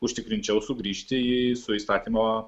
užtikrinčiau sugrįžti į su įstatymo